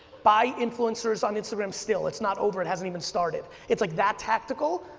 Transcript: buy influencers on instagram still, it's not over it hasn't even started. it's like that tactical.